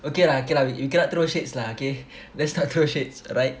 okay lah okay lah we cannot throw shades lah okay let's not throw shades alright